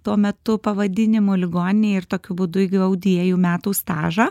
tuo metu pavadinimu ligoninėj ir tokiu būdu įgavau dviejų metų stažą